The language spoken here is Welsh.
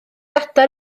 adar